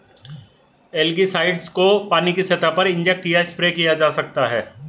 algicides को पानी की सतह पर इंजेक्ट या स्प्रे किया जा सकता है